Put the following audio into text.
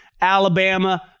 alabama